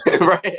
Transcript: Right